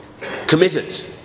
committed